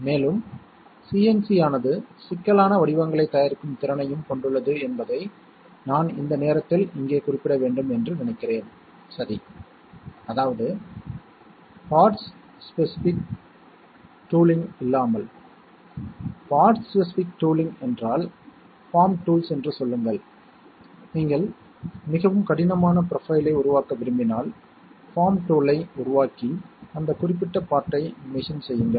அதே வாசல்காரர் உங்கள் இருவருக்கும் டிக்கெட் வேண்டும் இல்லையெனில் நான் உங்களை உள்ளே அனுமதிக்கப் போவதில்லை என்று கூறுகிறார் அவர் A AND B ஐப் பிரதிநிதித்துவப்படுத்துகிறார் A 1 ஆகவும் B 1 ஆகவும் இருக்கும்போது மட்டுமே A மற்றும் B மதிப்பு 1 ஐத் தக்க வைத்துக் கொள்ளும்